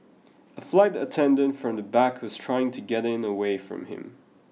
a flight attendant from the back was trying to get it away from him